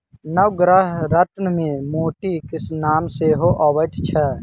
नवग्रह रत्नमे मोतीक नाम सेहो अबैत छै